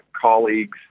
colleagues